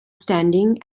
standing